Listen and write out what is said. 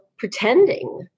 pretending